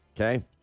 Okay